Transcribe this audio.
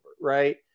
right